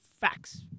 Facts